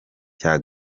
cya